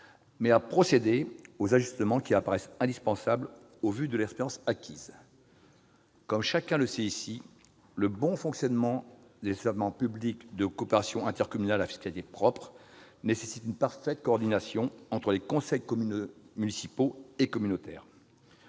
mais à procéder aux ajustements qui apparaissent indispensables au vu de l'expérience acquise. Chacun le sait dans cet hémicycle : le bon fonctionnement des établissements publics de coopération intercommunale à fiscalité propre nécessite une parfaite coordination entre les conseils municipaux et communautaires.